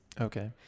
Okay